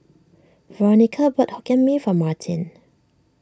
Veronica bought Hokkien Mee for Martin